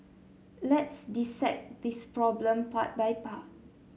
let's dissect this problem part by part